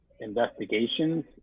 investigations